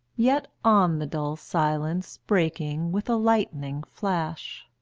yet on the dull silence breaking with a lightning flash,